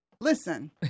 listen